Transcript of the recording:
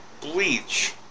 bleach